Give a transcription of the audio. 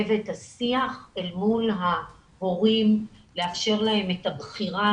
ואת השיח אל מול ההורים לאפשר להם את הבחירה,